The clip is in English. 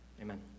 Amen